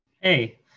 Hey